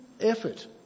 effort